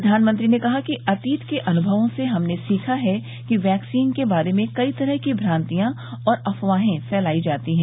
प्रधानमंत्री ने कहा कि अतीत के अनुभवों से हमने सीखा है कि वैक्सीन के बारे में कई तरह की भ्रांतियां और अफवाहें फैलाई जाती हैं